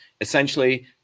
Essentially